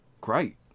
Great